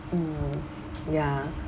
mm ya